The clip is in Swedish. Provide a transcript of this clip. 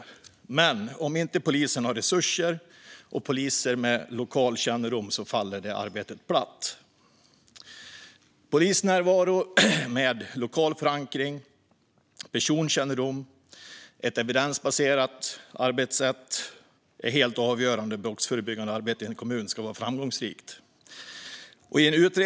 Om polisen inte har resurser och poliser med lokal kännedom faller detta arbete platt. Polisnärvaro med lokal förankring, personkännedom och ett evidensbaserat arbetssätt är helt avgörande för att det brottsförebyggande arbetet i en kommun ska vara framgångsrikt.